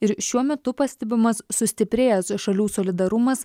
ir šiuo metu pastebimas sustiprėjęs šalių solidarumas